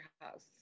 House